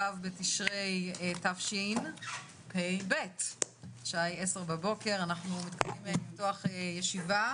ו' בתשרי תשפ"ב, אני מתכבדת לפתוח את ישיבת